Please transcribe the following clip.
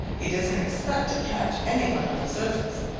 he doesn't expect to catch any one on the surface,